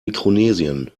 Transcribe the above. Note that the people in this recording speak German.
mikronesien